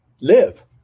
Live